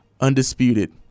undisputed